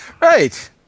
Right